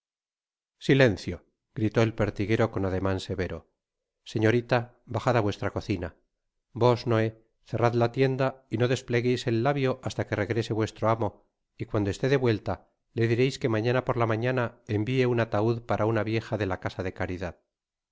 silencio gritó el pertiguero con ademan severo señorita bajad á vuestra cocina vos noé cerrad la tienda y no desplegueis el lábio hasta que regrese vuestro amo y cuando esté de vuelta le direis que mañana por la mañana envie un ataud para una vieja de la casa de caridad